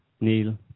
Neil